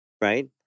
right